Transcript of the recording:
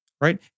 right